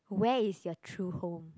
where is your true home